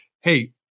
hey